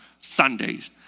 Sundays